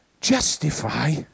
justify